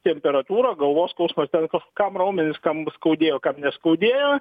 temperatūra galvos skausmas ten toks kam raumenis kam skaudėjo kam neskaudėjo